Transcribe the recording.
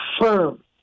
firm